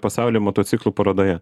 pasauly motociklų parodoje